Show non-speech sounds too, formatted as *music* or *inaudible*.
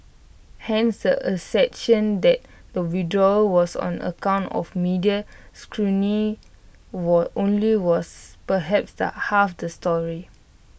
hence the assertion that the withdrawal was on account of media *unintelligible* only was perhaps the half the story